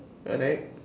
correct